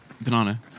Banana